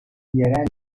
yerel